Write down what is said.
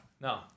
No